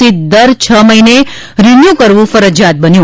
C દર છ મહિને રીન્યુ કરવું ફરજિયાત બન્યું